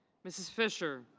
mrs. fisher.